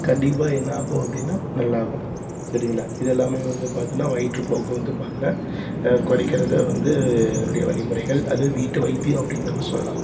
கண்டிப்பாக என்னாகும் அப்படின்னா நல்லாகும் சரிங்களா இதையெல்லாமே வந்து பார்த்தின்னா வயிற்றுப்போக்கு வந்து பார்த்தின்னா குறைக்கிறத வந்து அதனுடைய வழி முறைகள் அது வீட்டு வைத்தியம் அப்படின்னு நம்ம சொல்லலாம்